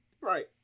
Right